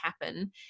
happen